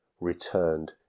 Returned